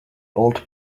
old